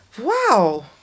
Wow